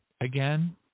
again